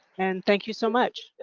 and thank you so much.